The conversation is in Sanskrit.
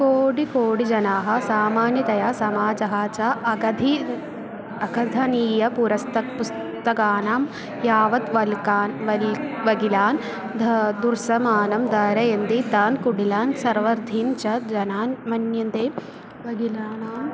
कोडिकोड् जनाः सामान्यतया समाजः च अकधी अकथनीयपुस्तकं पुस्तकानां यावत् वल्कान् वलीकं वगिलान् धा दुस्समानं धारयन्ति तान् कुटिलान् सर्वर्धीञ्च जनान् मन्यन्ते वगिलानाम्